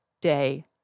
day